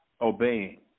obeying